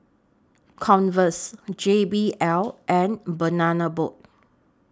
Converse J B L and Banana Boat